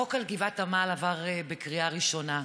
החוק על גבעת עמל עבר בקריאה ראשונה.